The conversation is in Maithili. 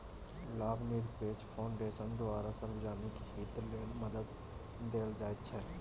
लाभनिरपेक्ष फाउन्डेशनक द्वारा सार्वजनिक हित लेल मदद देल जाइत छै